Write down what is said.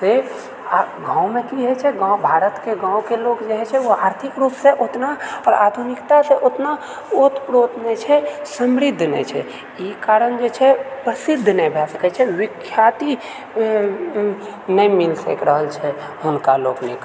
फेर आ गाँवमे की हइ छै गाँव भारतके गाँवके लोग जे हइ छै ओ आर्थिक रूपसँ ओतना आधुनिकताके ओतना ओतप्रोत नहि छै समृद्ध नहि छै ई कारण जे छै प्रसिद्ध नहि भए सकैत छै विख्याति नहि मिल रहल छै हुनका लोकनिक